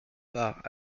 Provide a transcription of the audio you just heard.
part